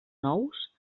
nous